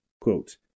Quote